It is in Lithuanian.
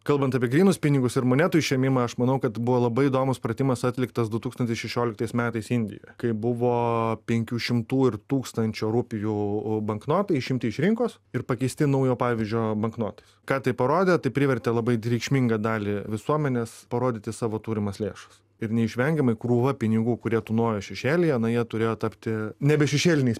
kalbant apie grynus pinigus ir monetų išėmimą aš manau kad buvo labai įdomūs pratimas atliktas du tūkstantis šešioliktais metais indijoje kai buvo penkių šimtų ir tūkstančio rupijų banknotai išimti iš rinkos ir pakeisti naujo pavyzdžio banknotais ką tai parodė tai privertė labai reikšmingą dalį visuomenės parodyti savo turimas lėšas ir neišvengiamai krūvą pinigų kurie tūnojo šešėlyje na jie turėjo tapti nebe šešėliniais